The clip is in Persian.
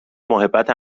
محبت